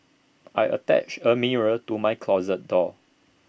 I attached A mirror to my closet door